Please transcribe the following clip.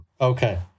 okay